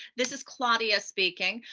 this is claudia speaking.